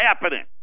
happening